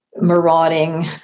marauding